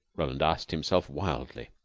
roland asked himself wildly.